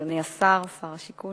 אדוני השר, שר השיכון,